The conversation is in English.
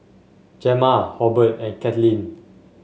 Gemma Hobert and Katlynn